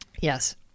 Yes